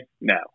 No